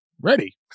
Ready